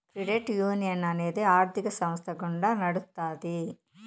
credit union అనేది ఆర్థిక సంస్థ గుండా నడుత్తాది